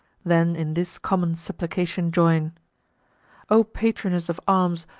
then in this common supplication join o patroness of arms,